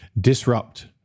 disrupt